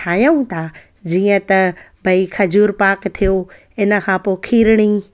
ठायूं था जीअं त भई खजूर पाक थियो इन खां पोइ खीरणी